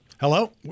Hello